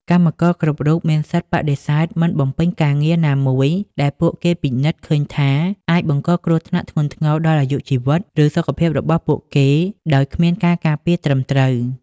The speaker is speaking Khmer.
កម្មករគ្រប់រូបមានសិទ្ធិបដិសេធមិនបំពេញការងារណាមួយដែលពួកគេពិនិត្យឃើញថាអាចបង្កគ្រោះថ្នាក់ធ្ងន់ធ្ងរដល់អាយុជីវិត ឬសុខភាពរបស់ពួកគេដោយគ្មានការការពារត្រឹមត្រូវ។